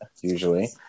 usually